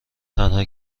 تنها